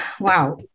Wow